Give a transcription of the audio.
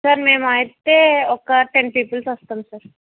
sir మేం అయితే ఒక టెన్ పీపుల్స్ వస్తాం సార్